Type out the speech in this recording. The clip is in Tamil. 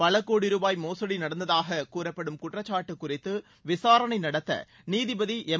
பலகோடி ரூபாய் மோசடி நடந்ததாக கூறப்படும் குற்றச்சாட்டு குறித்து விசாரணை நடத்த நீதிபதி எம்